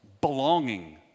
Belonging